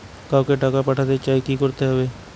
কাউকে টাকা পাঠাতে চাই কি করতে হবে?